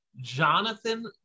Jonathan